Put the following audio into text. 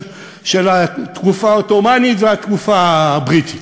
של התקופה העות'מאנית והתקופה הבריטית.